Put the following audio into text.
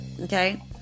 okay